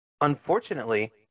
Unfortunately